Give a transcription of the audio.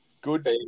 Good